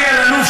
אלי אלאלוף,